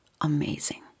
amazing